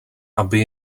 aby